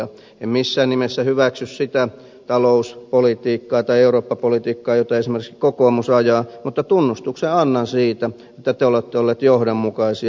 en missään nimessä hyväksy sitä talouspolitiikkaa tai eurooppapolitiikkaa jota esimerkiksi kokoomus ajaa mutta tunnustuksen annan siitä että te olette olleet johdonmukaisia